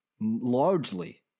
largely